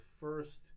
first